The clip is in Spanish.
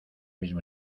mismo